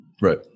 Right